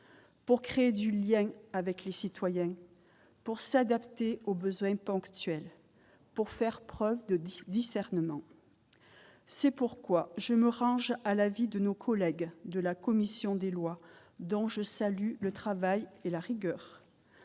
Pour créer du lien avec les citoyens pour s'adapter aux besoins ponctuels pour faire preuve de discernement, c'est pourquoi je me range à l'avis de nos collègues de la commission des lois, dont je salue le travail et la rigueur